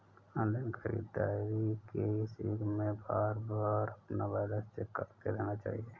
online खरीदारी के इस युग में बारबार अपना बैलेंस चेक करते रहना चाहिए